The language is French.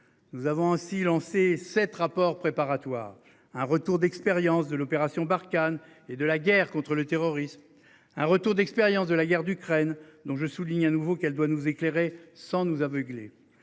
Nous avons ainsi lancé cette rapport préparatoire un retour d'expérience de l'opération Barkhane et de la guerre contre le terrorisme. Un retour d'expérience de la guerre d'Ukraine dont je souligne à nouveau qu'elle doit nous éclairer sans nous aveugler